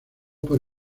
por